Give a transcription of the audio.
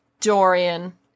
Dorian